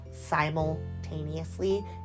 simultaneously